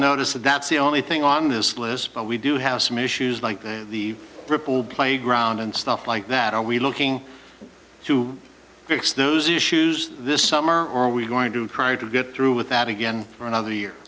notice that that's the only thing on this list but we do have some issues like the crippled playground and stuff like that are we looking to fix those issues this summer or are we going to car to get through with that again for another year